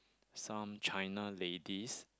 some China ladies